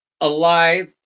alive